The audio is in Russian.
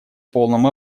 полном